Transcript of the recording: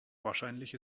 wahrscheinlich